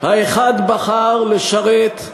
האחד בחר לשרת,